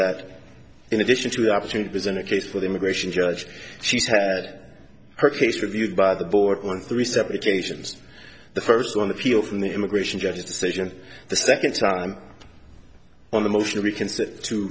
that in addition to the opportunity presented case with immigration judge she's had her case reviewed by the board on three separate occasions the first on the peel from the immigration judges decision the second time on the motion to reconsider to